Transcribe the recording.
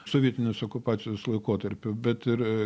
sovietinės okupacijos laikotarpiu bet ir